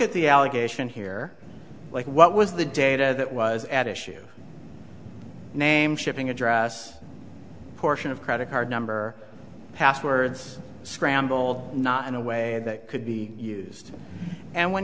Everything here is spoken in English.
at the allegation here like what was the data that was at issue name shipping address portion of credit card number passwords scrambled not in a way that could be used and when